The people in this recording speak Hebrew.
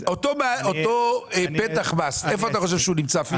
אותו פתח מס איפה אתה חושב שהוא נמצא, פיזית?